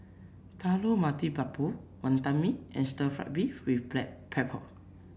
Telur Mata Lembu Wantan Mee and Stir Fried Beef with Black Pepper